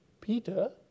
Peter